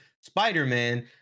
Spider-Man